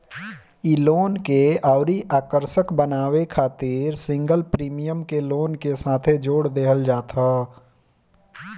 इ लोन के अउरी आकर्षक बनावे खातिर सिंगल प्रीमियम के लोन के साथे जोड़ देहल जात ह